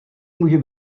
může